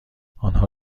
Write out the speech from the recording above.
آنها